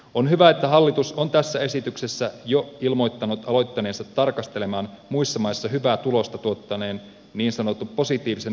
on hyvä että hallitus on jo tässä esityksessä ilmoittanut alkaneensa tarkastella muissa maissa hyvää tulosta tuottaneen niin sanotun positiivisen luottorekisterin käyttöönottoa